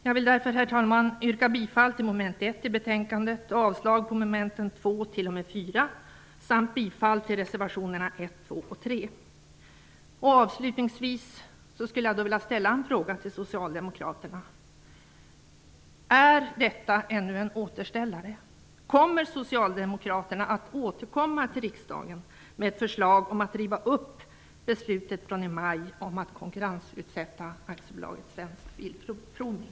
Jag vill därför, herr talman, yrka bifall till mom. 1 Avslutningsvis skulle jag vilja ställa en fråga till socialdemokraterna: Är detta ännu en återställare? Tänker socialdemokraterna återkomma till riksdagen med ett förslag om att riva upp beslutet från i våras om att konkurrensutsätta AB Svensk Bilprovning?